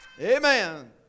Amen